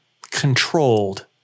controlled